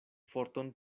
forton